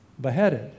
beheaded